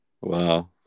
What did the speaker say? Wow